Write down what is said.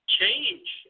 change